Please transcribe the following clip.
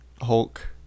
Hulk